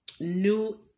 new